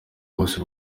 bose